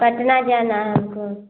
पटना जाना है हमको